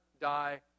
die